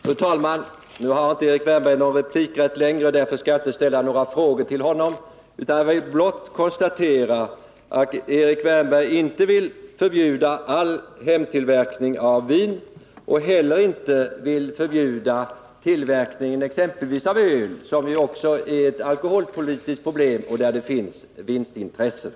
Fru talman! Erik Wärnberg har nu inte längre någon replikrätt, och därför skall jag inte ställa några frågor till honom. Jag vill blott konstatera att Erik Wärnberg inte vill förbjuda all hemtillverkning av vin och inte heller vill förbjuda tillverkningen av öl, som ju också är ett alkoholpolitiskt problem och där det finns vinstintressen.